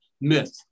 myth